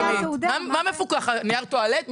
מה מפוקח, נייר הטואלט?